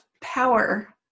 power